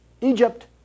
Egypt